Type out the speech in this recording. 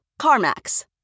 CarMax